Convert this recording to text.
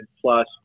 plus